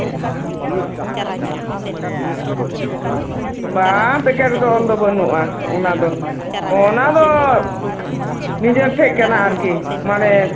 ᱵᱟᱝ ᱯᱮᱠᱮᱴ ᱨᱮᱫᱚ ᱚᱞ ᱫᱚ ᱵᱟᱹᱱᱩᱜᱼᱟ ᱚᱱᱟ ᱫᱚ ᱚᱱᱟ ᱫᱚ ᱱᱤᱡᱮᱨ ᱴᱷᱮᱡ ᱠᱟᱱᱟ ᱟᱨᱠᱤ ᱢᱟᱱᱮ